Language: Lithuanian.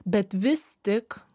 bet vis tik